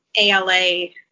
ALA